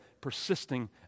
persisting